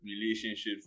relationships